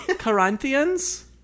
Corinthians